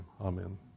amen